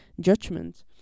judgment